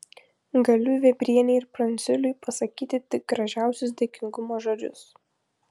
galiu vėbrienei ir pranciuliui pasakyti tik gražiausius dėkingumo žodžius